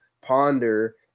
ponder